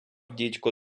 дідько